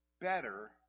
better